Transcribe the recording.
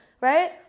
right